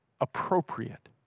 appropriate